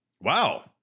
Wow